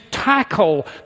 tackle